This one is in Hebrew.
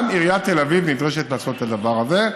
גם עיריית תל אביב נדרשת לעשות את הדבר הזה,